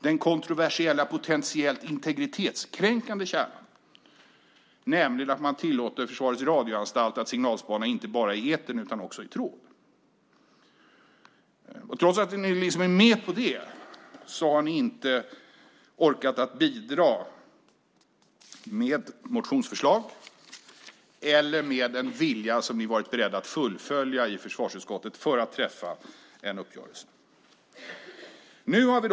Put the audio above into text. Den kontroversiella potentiellt integritetskränkande kärnan som innebär att man tillåter Försvarets radioanstalt att signalspana inte bara i etern utan också i tråd. Trots att ni är med på det har ni inte orkat bidra med motionsförslag eller med en vilja som ni har varit beredda att fullfölja i försvarsutskottet för att träffa en uppgörelse. Herr talman!